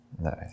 Nice